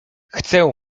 chcę